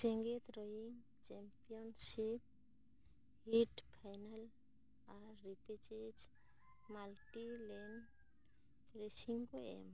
ᱡᱮᱜᱮᱫ rowing championship heat final ᱟᱨ repechage multi lane racing ᱠᱚ ᱮᱢᱟ